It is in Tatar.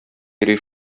йөри